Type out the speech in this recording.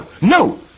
No